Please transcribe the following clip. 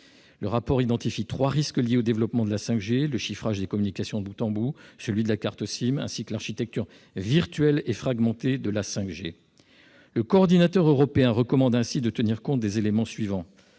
Le rapport identifie trois risques liés au développement de la 5G : le chiffrage des communications de bout en bout, celui de la carte SIM et l'architecture virtuelle et fragmentée de la 5G. Le coordinateur européen recommande ainsi de tenir compte des éléments suivants